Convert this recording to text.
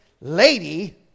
lady